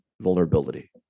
vulnerability